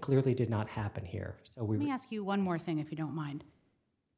clearly did not happen here so we ask you one more thing if you don't mind